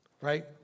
Right